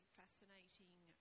fascinating